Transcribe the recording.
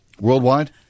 worldwide